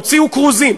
הוציאו כרוזים,